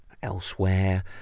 Elsewhere